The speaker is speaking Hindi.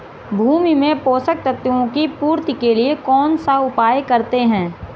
भूमि में पोषक तत्वों की पूर्ति के लिए कौनसा उपाय करते हैं?